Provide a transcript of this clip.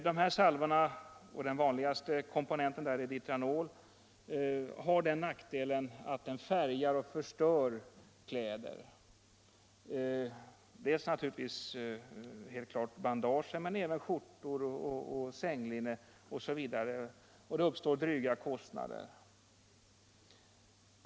De här salvorna — och den vanligaste komponenten där är ditranol — har den nackdelen att de färgar och förstör kläder o. d. — självfallet bandagen men exempelvis även skjortor och sänglinne. Därigenom uppstår dryga kostnader.